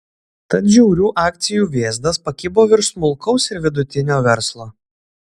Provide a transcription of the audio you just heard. tad žiaurių akcijų vėzdas pakibo virš smulkaus ir vidutinio verslo